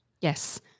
Yes